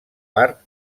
part